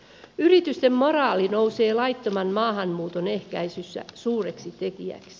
yritysten moraali nousee laittoman maahanmuuton ehkäisyssä suureksi tekijäksi